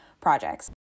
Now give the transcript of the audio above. projects